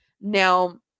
Now